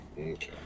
Okay